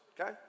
okay